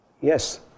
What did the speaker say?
Yes